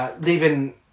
leaving